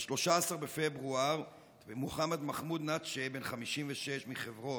ב-13 בפברואר מוחמד מחמוד נתשה, בן 56 מחברון,